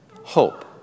hope